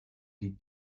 die